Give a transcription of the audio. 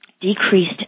decreased